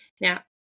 Now